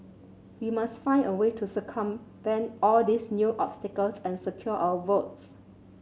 we must find a way to circumvent all these new obstacles and secure our votes